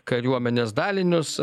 kariuomenės dalinius